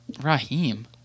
Raheem